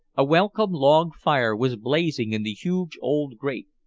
a welcome log-fire was blazing in the huge old grate,